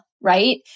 right